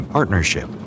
Partnership